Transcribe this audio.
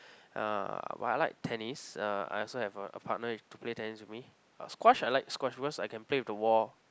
uh well I like tennis uh I also have a a partner to play tennis with me but squash I like squash because I can play with the wall